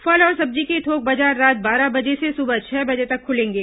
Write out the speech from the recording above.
फल और सब्जी के थोक बाजार रात बारह बजे से सुबह छह बजे तक खुलेंगे